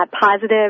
positive